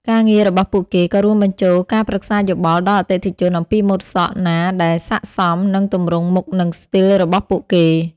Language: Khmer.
ការងាររបស់ពួកគេក៏រួមបញ្ចូលការប្រឹក្សាយោបល់ដល់អតិថិជនអំពីម៉ូដសក់ណាដែលស័ក្តិសមនឹងទម្រង់មុខនិងស្ទីលរបស់ពួកគេ។